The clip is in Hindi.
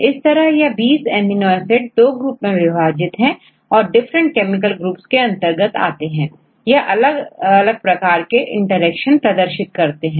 इस तरह यह 20 अमीनो एसिड दो ग्रुप में विभाजित किए गए हैं और यह डिफरेंट केमिकल ग्रुप्स के अंतर्गत आते हैं और यह अलग अलग प्रकार के इंटरेक्शंस प्रदर्शित करते हैं